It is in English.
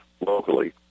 locally